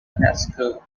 haskell